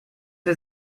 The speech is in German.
der